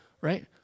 right